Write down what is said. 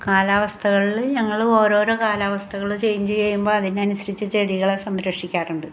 കാലാവസ്ഥകളിൽ ഞങ്ങൾ ഓരോരോ കാലാവസ്ഥകൾ ചേയ്ഞ്ച് ചെയ്യുമ്പോൾ അതിന് അനുസരിച്ച് ചെടികളെ സംരക്ഷിക്കാറുണ്ട്